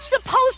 supposed